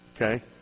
Okay